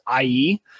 IE